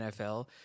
NFL